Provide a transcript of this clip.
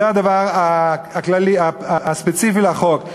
זה הדבר הספציפי לחוק.